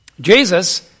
Jesus